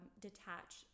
detach